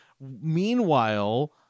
Meanwhile